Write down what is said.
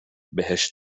بهش